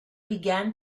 began